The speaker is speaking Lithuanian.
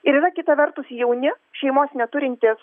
ir yra kita vertus jauni šeimos neturintys